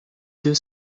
deux